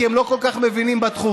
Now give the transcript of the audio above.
כי הם לא כל כך מבינים בתחום.